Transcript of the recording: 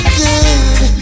good